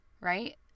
right